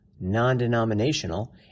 non-denominational